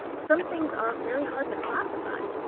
some things are very hard to classify.